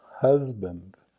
husband